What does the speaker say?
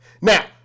Now